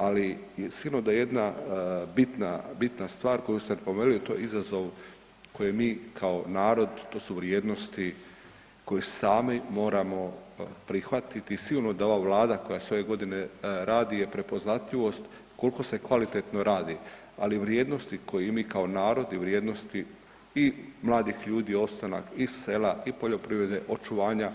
Ali sigurno da je jedan bitna, bitna stvar koju ste spomenuli, a to je izazov koji mi kao narod, to su vrijednosti koje sami moramo prihvatiti i sigurno da ova vlada koja sve ove godine radi je prepoznatljivost koliko se kvalitetno radi, ali i vrijednosti koje i mi kao narod i vrijednosti i mladih ljudi i opstanak i sela i poljoprivrede očuvanja